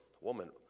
Woman